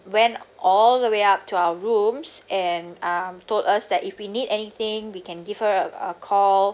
went all the way up to our rooms and um told us that if we need anything we can give her a a call